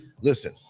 listen